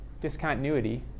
discontinuity